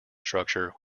structure